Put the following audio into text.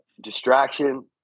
distraction